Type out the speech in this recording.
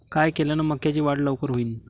काय केल्यान मक्याची वाढ लवकर होईन?